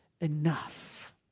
enough